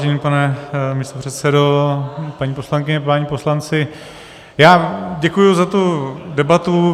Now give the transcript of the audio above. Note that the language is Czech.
Vážený pane místopředsedo, paní poslankyně, páni poslanci, já děkuji za tu debatu.